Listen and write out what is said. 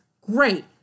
Great